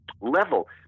level